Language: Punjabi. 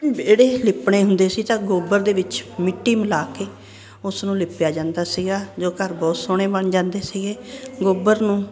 ਵਿਹੜੇ ਲਿੱਪਣੇ ਹੁੰਦੇ ਸੀ ਜਾਂ ਗੋਬਰ ਦੇ ਵਿੱਚ ਮਿੱਟੀ ਮਿਲਾ ਕੇ ਉਸ ਨੂੰ ਲਿਪਿਆ ਜਾਂਦਾ ਸੀਗਾ ਜੋ ਘਰ ਬਹੁਤ ਸੋਹਣੇ ਬਣ ਜਾਂਦੇ ਸੀਗੇ ਗੋਬਰ ਨੂੰ